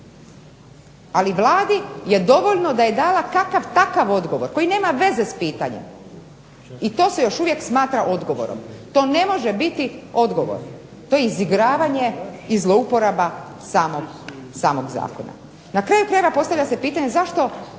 ali Vladi je dovoljno da je dala kakav takav odgovor, koji nema veze s pitanje, i to se još uvijek smatra odgovorom, to ne može biti odgovor, to je izigravanje i zlouporaba samog zakona. Na kraju krajeva postavlja se pitanje zašto